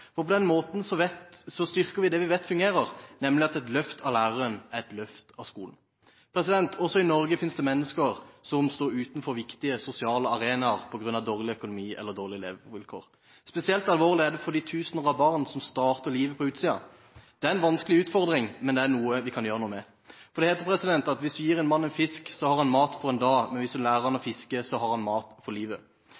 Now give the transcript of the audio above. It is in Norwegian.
På den måten styrker vi det vi vet fungerer, nemlig at et løft av læreren er et løft av skolen. Også i Norge finnes det mennesker som står utenfor viktige sosiale arenaer på grunn av dårlig økonomi eller dårlige levevilkår. Spesielt alvorlig er det for de tusener av barn som starter livet på utsiden. Det er en vanskelig utfordring, men det er noe vi kan gjøre noe med. Det heter at hvis man gir en mann en fisk, har han mat for en dag, men hvis du lærer ham å